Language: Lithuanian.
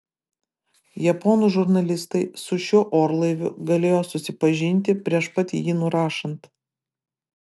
japonų žurnalistai su šiuo orlaiviu galėjo susipažinti prieš pat jį nurašant